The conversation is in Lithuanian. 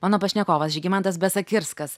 mano pašnekovas žygimantas besakirskas